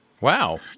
Wow